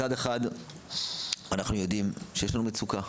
מצד אחד אנחנו יודעים שיש לנו מצוקה,